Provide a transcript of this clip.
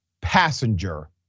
passenger